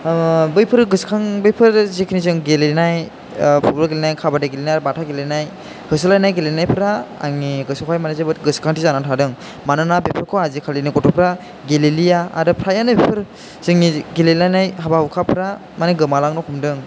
बैफोर गोसोखां बैफोर जेखिनि जों गेलेनाय फुटबल गेलेनाय काबादि गेलेनाय बाथा गेलेनाय होसोलायनाय गेलेनायफ्रा आंनि गोसोयावहाय माने जोबोद गोसखांथि जानानै थादों मानोना बेफोरखौ आजि खालिनि गथ'फ्रा गेलेलिया आरो फ्रायानो बेफोर जोंनि गेलेनानै हाबा हुखाफ्रा गोमालांनो हमदों